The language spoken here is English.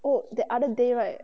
oh that other day right